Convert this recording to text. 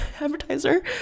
advertiser